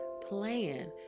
plan